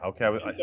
okay